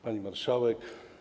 Pani Marszałek!